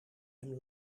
hem